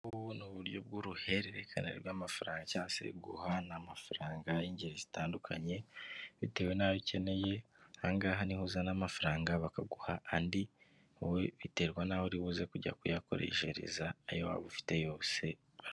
Ubu ngubu ni uburyo bw'uruhererekane rw'amafaranga cyangwa se guhana amafaranga y'ingeri zitandukanye, bitewe n'ayo ukeneye, aha ngaha ni ho uzana amafaranga bakaguha andi, biterwa n'aho uri buze kujya kuyakoreshereza ayo waba ufite yose.